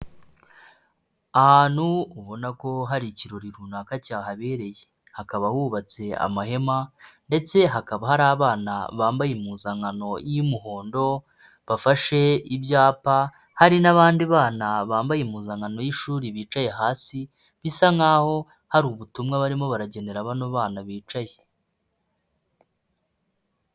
Ahantu ubona ko hari ikirori runaka cyahabereye, hakaba hubatse amahema ndetse hakaba hari abana bambaye impuzankano y'umuhondo, bafashe ibyapa hari n'abandi bana bambaye impuzankano y'ishuri bicaye hasi bisa nk'aho hari ubutumwa barimo baragenera bano bana bicaye.